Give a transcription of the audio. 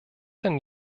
denn